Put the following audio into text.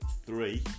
three